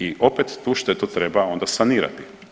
I opet tu štetu treba onda sanirat.